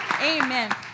Amen